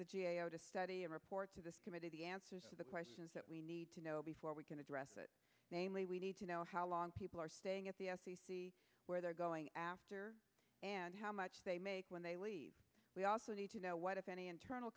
the g a o to study and report to the committee the answers the questions that we need to know before we can address it namely we need to know how long people are staying at the where they're going after and how much they make when they leave we also need to know what if any internal